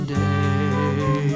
day